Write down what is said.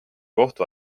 kohtu